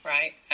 Right